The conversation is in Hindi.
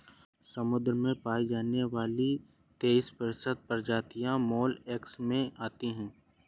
समुद्र में पाई जाने वाली तेइस प्रतिशत प्रजातियां मोलस्क में आती है